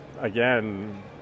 again